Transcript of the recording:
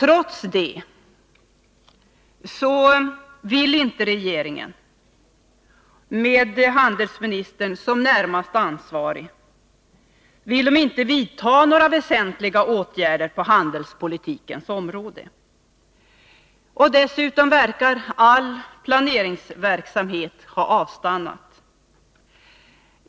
Trots detta villinte regeringen, med handelsministern som närmast ansvarig, vidta några väsentliga åtgärder på handelspolitikens område. Dessutom verkar all planeringsverksamhet ha avstannat.